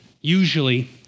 Usually